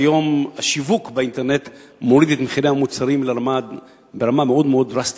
היום השיווק באינטרנט מוריד את מחירי המוצרים ברמה מאוד מאוד דרסטית.